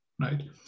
right